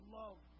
love